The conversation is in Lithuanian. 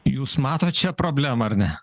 jūs matot čia problemą ar ne